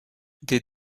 des